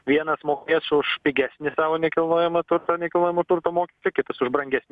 vienas mokės už pigesnį savo nekilnojamą turtą nekilnojamo turto mokestį kitas už brangesnį